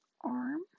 arm